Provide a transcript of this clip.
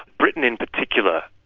britain in particular,